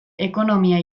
ekonomia